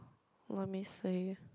let me see